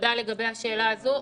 תודה לגבי השאלה הזו.